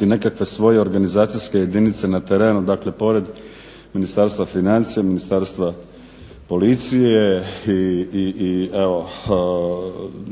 nekakve svoje organizacijske jedinice na terenu. Dakle, pored Ministarstva financija, Ministarstva policije i evo